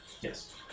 Yes